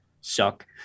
suck